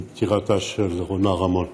את פטירתה של רונה רמון.